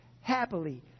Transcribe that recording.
happily